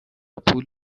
پول